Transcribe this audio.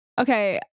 okay